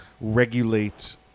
regulate